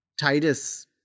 titus